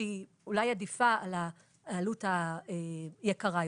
שהיא אולי עדיפה על העלות היקרה יותר,